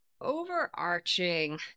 overarching